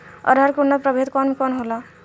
अरहर के उन्नत प्रभेद कौन कौनहोला?